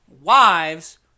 wives